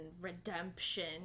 redemption